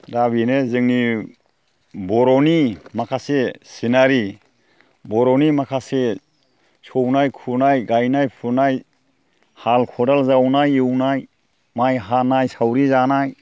दा बेनो जोंनि बर'नि माखासे सिनारि बर'नि माखासे सौनाय खुनाय गायनाय फुनाय हाल खदाल जावनाय एवनाय माइ हानाय सावरि जानाय